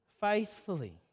faithfully